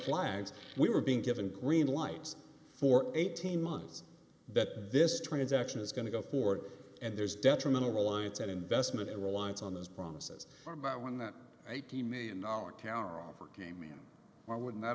flags we were being given green lights for eighteen months that this transaction is going to go forward and there's detrimental reliance and investment in reliance on those promises about when that eighty million dollar counteroffer came in or would not